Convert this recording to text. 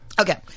Okay